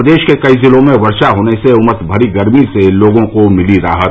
प्रदेश के कई जिलों में वर्षा होने से उमस भरी गर्मी से लोगों को मिली राहत